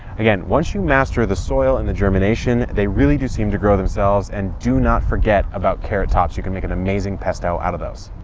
again, once you master the soil and the germination, they really do seem to grow themselves and do not forget about carrot tops. you can make an amazing pesto out of those.